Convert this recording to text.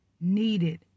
needed